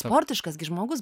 sportiškas gi žmogus